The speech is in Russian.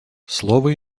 слово